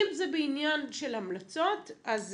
אם זה בעניין של המלצות, אז